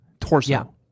Torso